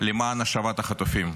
למען השבת החטופים,